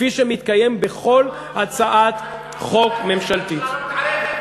כפי שמתקיים בכל הצעת חוק ממשלתית.